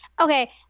okay